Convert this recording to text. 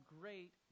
great